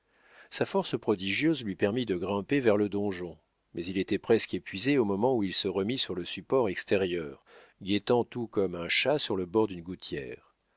sa force prodigieuse lui permit de grimper vers le donjon mais il était presque épuisé au moment où il se remit sur le support extérieur guettant tout comme un chat sur le bord d'une gouttière